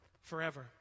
forever